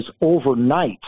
overnight